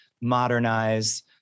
modernize